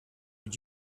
when